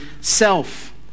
self